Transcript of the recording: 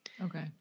Okay